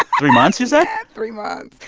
three months, you said? yeah, three months.